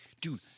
Dude